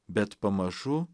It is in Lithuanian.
bet pamažu